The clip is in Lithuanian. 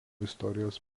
istorijos